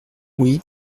oui